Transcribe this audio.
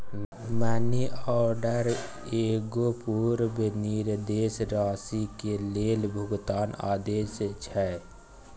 money order एगो पूर्व निर्दिष्ट राशि के लेल भुगतान आदेश छै